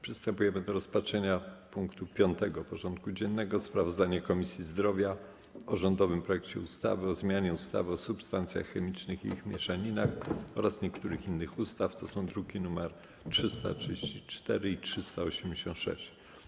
Przystępujemy do rozpatrzenia punktu 5. porządku dziennego: Sprawozdanie Komisji Zdrowia o rządowym projekcie ustawy o zmianie ustawy o substancjach chemicznych i ich mieszaninach oraz niektórych innych ustaw (druki nr 334 i 386)